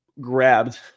grabbed